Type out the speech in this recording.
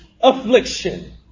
affliction